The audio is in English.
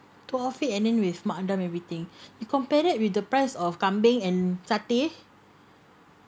two outfit and then with mak andam everything he compared with the price of kambing and satay